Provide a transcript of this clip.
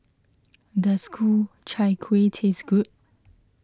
does Ku Chai Kueh taste good